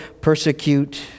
persecute